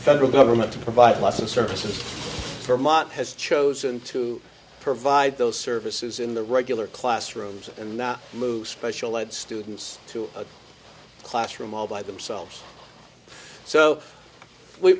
federal government to provide lots of services for mott has chosen to provide those services in the regular classrooms and not move special ed students to a classroom all by themselves so we